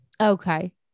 okay